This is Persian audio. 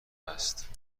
است